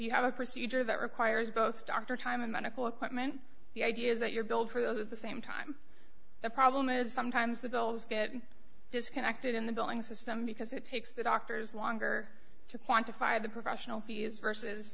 you have a procedure that requires both doctor time and medical equipment the idea is that you're billed for those at the same time the problem is sometimes the bills disconnected in the billing system because it takes the doctors longer to quantify the professional fees versus